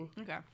Okay